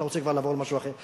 אתה רוצה כבר לעבור למשהו אחר,